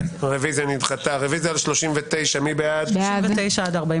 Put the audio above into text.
הצבעה בעד,